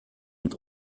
mit